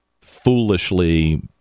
foolishly